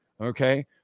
okay